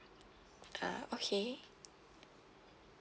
ah okay